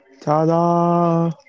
Ta-da